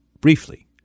briefly